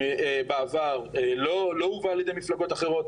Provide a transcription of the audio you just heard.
שבעבר לא הובא על ידי מפלגות אחרות,